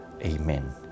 Amen